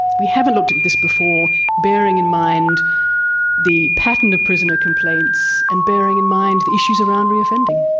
we haven't looked at this before, bearing in mind the pattern of prisoner complaints and bearing in mind issues around reoffending.